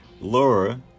Laura